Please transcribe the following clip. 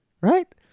right